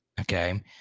okay